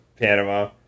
Panama